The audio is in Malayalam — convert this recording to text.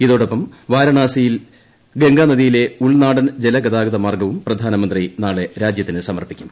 ഇതോടൊപ്പം വാരണസിയിൽ ഗംഗാനദിയിലെ ഉൾനാടൻ ജലഗതാഗതമാർഗ്ഗവും പ്രധാനമന്ത്രി നാളെ രാജ്യത്തിന് സമർപ്പിക്കും